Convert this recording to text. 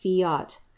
fiat